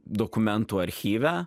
dokumentų archyve